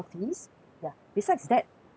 ya besides that